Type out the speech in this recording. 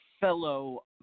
fellow